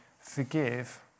forgive